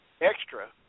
extra